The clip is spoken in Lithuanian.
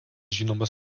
žinomas